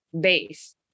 base